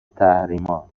تحریما